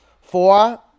four